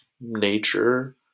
nature